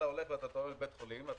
אתה תורם לבית חולים,